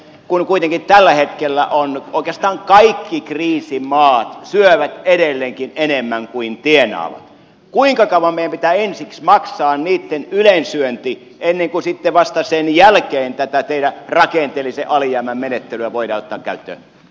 kun kuitenkin tällä hetkellä oikeastaan kaikki kriisimaat syövät edelleenkin enemmän kuin tienaavat kuinka kauan meidän pitää ensiksi maksaa niitten ylensyöntiä ennen kuin sitten vasta sen jälkeen tätä teidän rakenteellisen alijäämän menettelyänne voidaan ottaa käyttöön